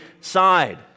side